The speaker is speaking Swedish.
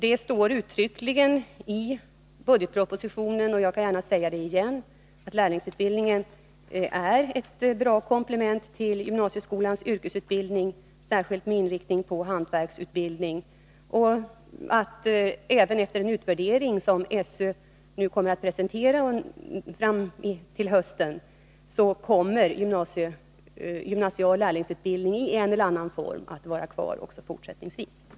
Det står uttryckligen i budgetpropositionen, och jag kan gärna säga det igen, att lärlingsutbildningen är ett bra komplement till gymnasieskolans yrkesutbildning, särskilt med inriktning på hantverksutbildning, och att även efter en utvärdering som SÖ kommer att presentera till hösten kommer gymnasial lärlingsutbildning i en eller annan form att fortsättningsvis vara kvar.